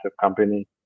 company